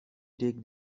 dig